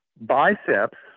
biceps